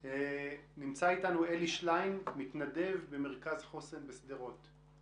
נמצא איתנו אלי שליין, מתנדב במרכז חוסן בשדרות.